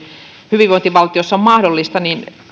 hyvinvointivaltiossa on mahdollista